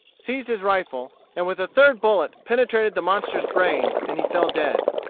seized his rifle, and with a third bullet penetrated the monster's brain and he fell dead.